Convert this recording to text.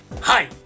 Hi